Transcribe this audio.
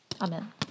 Amen